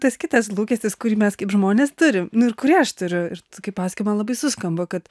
tas kitas lūkestis kurį mes kaip žmonės turim nu ir kurį aš turiu ir kai pasakoji man labai suskamba kad